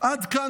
עד כאן,